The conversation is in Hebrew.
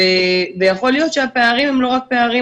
יכול להיות שהפערים הם לא רק פערים,